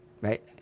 Right